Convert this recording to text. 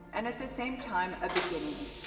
and at the same time a beginning,